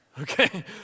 Okay